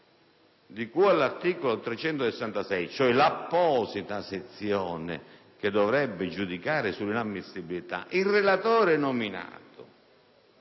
di cui all'articolo 376, cioè l'apposita sezione che dovrebbe giudicare sull'inammissibilità, se ritiene